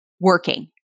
working